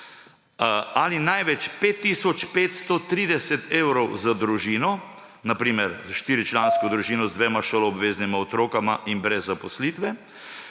ali največ tisoč 106 evrov za družino, na primer za štiričlansko družino z dvema šoloobveznima otrokoma in brez zaposlitve.